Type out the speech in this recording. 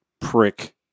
prick